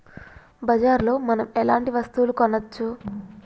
బజార్ లో మనం ఎలాంటి వస్తువులు కొనచ్చు?